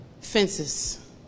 fences